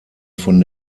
von